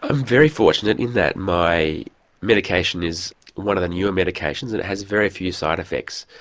ah very fortunate in that my medication is one of the newer medications that has very few side effects.